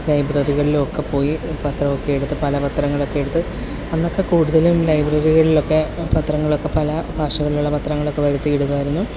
ലൈബ്രറികളിലും ഒക്കെ പോയി പത്രം ഒക്കെ എടുത്ത് പലപത്രങ്ങളൊക്കെ എടുത്ത് അന്നൊക്കെ കൂടുതലും ലൈബ്രറികളിലൊക്കെ പത്രങ്ങളൊക്കെ പല ഭാഷകളിലുള്ള പത്രങ്ങളൊക്കെ വരുത്തി ഇടുകയായിരുന്നു